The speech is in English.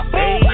hey